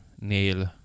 nail